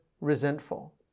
resentful